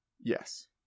Yes